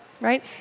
right